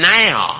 now